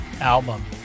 album